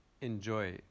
Enjoy